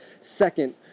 Second